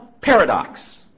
paradox